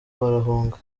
barahunga